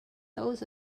those